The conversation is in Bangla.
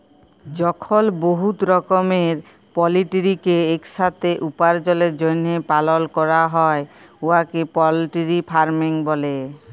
যখল বহুত রকমের পলটিরিকে ইকসাথে উপার্জলের জ্যনহে পালল ক্যরা হ্যয় উয়াকে পলটিরি ফার্মিং ব্যলে